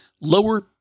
lower